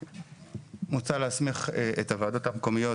מוצע להסמיך את הוועדות המקומיות,